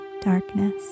darkness